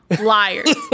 liars